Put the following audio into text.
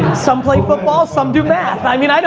some play football, some do math. i mean, i know